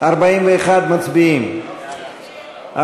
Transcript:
57 בעד, 59,